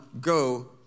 go